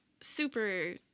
super